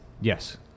Yes